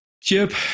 Chip